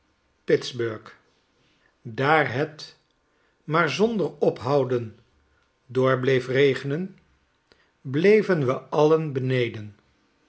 pittsburg daar het maar zonder ophouden door bleef regenen bleven we alien beneden